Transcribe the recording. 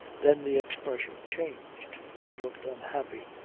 then the expression changed. she looked unhappy.